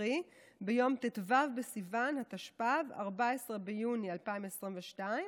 קרי ביום ט"ו בסיוון התשפ"ב, 14 ביוני 2022,